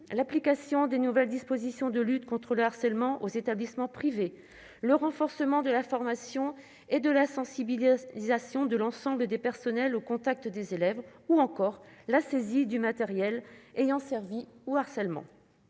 l'application des nouvelles dispositions de lutte contre le harcèlement aux établissements privés, le renforcement de la formation et de la sensibilisation de l'ensemble des personnels au contact des élèves, ou encore la saisie du matériel ayant servi au harcèlement.